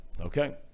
Okay